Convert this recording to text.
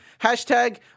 Hashtag